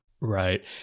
Right